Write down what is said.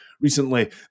recently